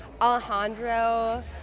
Alejandro